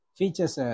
features